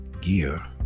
gear